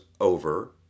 over